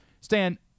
Stan